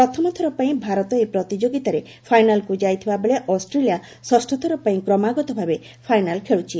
ପ୍ରଥମଥର ପାଇଁ ଭାରତ ଏହି ପ୍ରତିଯୋଗିତାରେ ଫାଇନାଲ୍କୁ ଯାଇଥିବା ବେଳେ ଅଷ୍ଟ୍ରେଲିଆ ଷଷ୍ଠଥର ପାଇଁ କ୍ରମାଗତଭାବେ ଫାଇନାଲ ଖେଳୁଛି